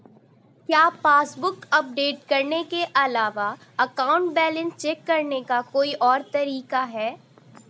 क्या passbook update करने के अलावा अकाउंट बैलेंस चेक करने का कोई और तरीका है?